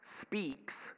speaks